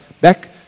back